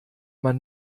man